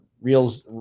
reels